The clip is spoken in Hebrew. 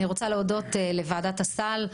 אני רוצה להודות לוועדת הסל,